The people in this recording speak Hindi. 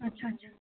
अच्छा अच्छा